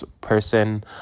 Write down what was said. person